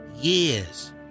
years